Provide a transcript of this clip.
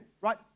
right